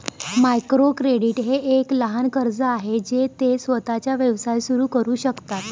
micro credit हे एक लहान कर्ज आहे जे ते स्वतःचा व्यवसाय सुरू करू शकतात